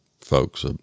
folks